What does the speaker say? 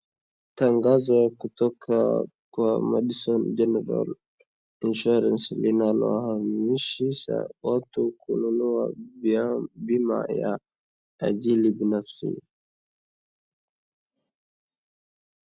Tagazo kutoka kwa Madison General Insurance linalohamasisha watu kununua bima ya ajili binafsi.